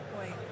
point